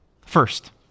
First